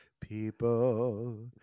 People